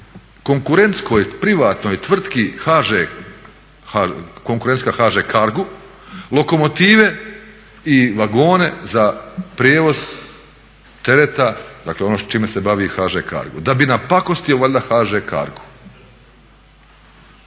konkurentskoj privatnoj tvrtki HŽ, konkurentska HŽ Cargu lokomotive i vagone za prijevoz tereta, dakle ono čime se bavi HŽ Cargo da bi napakostio valjda HŽ Cargu.